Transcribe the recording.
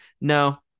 No